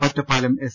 Ottapalam S